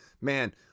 man